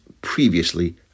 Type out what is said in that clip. previously